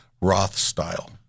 Roth-style